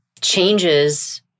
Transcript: changes